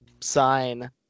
sign